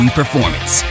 performance